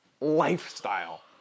lifestyle